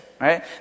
right